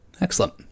Excellent